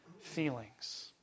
feelings